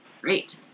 great